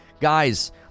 Guys